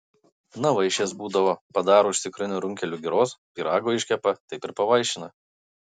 na vaišės būdavo padaro iš cukrinių runkelių giros pyrago iškepa taip ir pavaišina